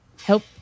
help